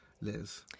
Liz